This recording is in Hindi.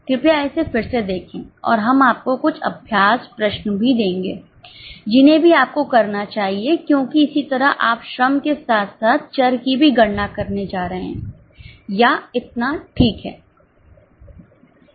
कृपया इसे फिर से देखें और हम आपको कुछ अभ्यास प्रश्न भी देंगे जिन्हें भी आपको करना चाहिए क्योंकि इसी तरह आप श्रम के साथ साथ चर की भी गणना करने जा रहे हैं या इतना ठीक है